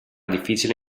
difficile